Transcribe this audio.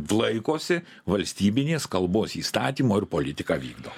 laikosi valstybinės kalbos įstatymo ir politiką vykdo